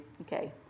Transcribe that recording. Okay